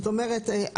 זאת אומרת,